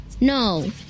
No